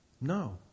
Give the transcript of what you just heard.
No